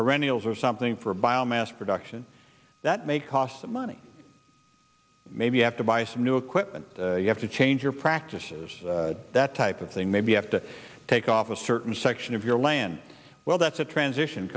perennials or something for bio mass production that may cost money maybe you have to buy some new equipment you have to change your practices that type of thing maybe have to take off a certain section of your land well that's a transition